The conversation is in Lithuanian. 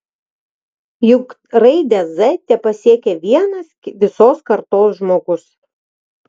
juk raidę z tepasiekia vienas visos kartos žmogus